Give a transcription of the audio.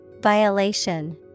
Violation